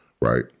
right